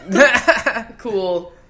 Cool